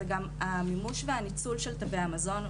זה המימוש והניצול של תווי המזון,